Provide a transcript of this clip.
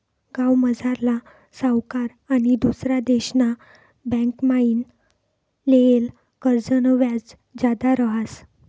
गावमझारला सावकार आनी दुसरा देशना बँकमाईन लेयेल कर्जनं व्याज जादा रहास